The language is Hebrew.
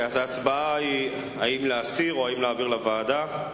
ההצבעה היא אם להסיר או להעביר לוועדה.